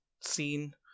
scene